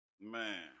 Man